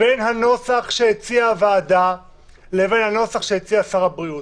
בין הנוסח שהציעה הוועדה לבין הנוסח שהציע שר הבריאות.